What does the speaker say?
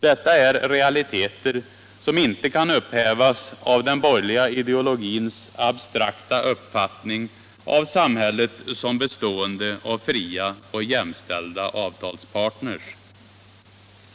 Detta är realiteter, som inte kan upphiivas av den borgerliga ideologins abstrakta uppfattning av samhället som bestående av fria och jämställda avtalsparter.